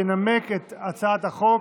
ינמק את הצעת החוק